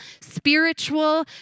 spiritual